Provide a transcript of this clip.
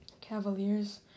Cavaliers